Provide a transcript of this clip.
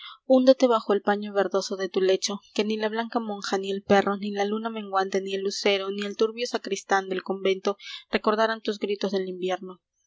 húndete bajo el paño verdoso de tu lecho que ni la blanca monja ni el perro ni la luna menguante ni el lucero ni el turbio sacristán del convento recordarán tus gritos del invierno